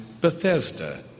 Bethesda